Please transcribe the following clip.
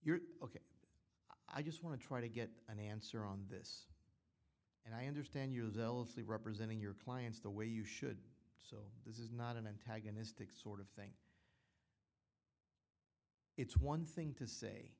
you're ok i just want to try to get an answer on this and i understand you're zealously representing your clients the way you should this is not an antagonistic sort of thing it's one thing to say